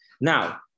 Now